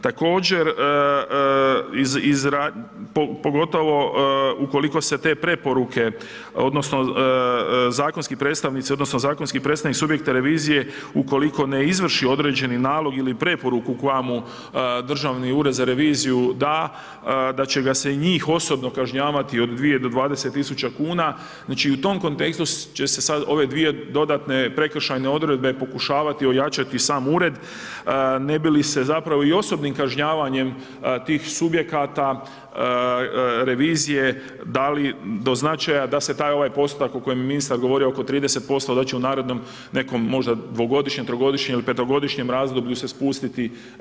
Također, pogotovo ukoliko se te preporuke, odnosno zakonski predstavnici, odnosno, zakonski predstavnik subjektne revizije ukoliko ne izvrši određeni nalog ili preporuku koja mu Državni ured za reviziju da, da će ga se i njih osobno kažnjavati od 2-20 tisuća kuna znači i u tom kontekstu će se sada ove dvije dodatno prekršajne odredbe pokušavati ojačati sam ured, ne bi li se zapravo i osobnim kažnjavanjem tih subjekata revizije dali do značaja da se taj ovaj postotak o kojem je ministar govorio oko 30% da će u narednom možda nekom dvogodišnjem, trogodišnjem ili petogodišnjem razdoblju se spustiti.